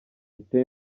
iteye